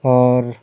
اور